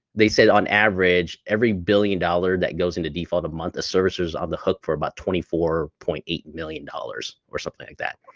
they said on average, every billion dollar that goes into default a month, the servicers are on the hook for about twenty four point eight million dollars or something like that.